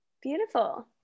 Beautiful